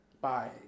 Bye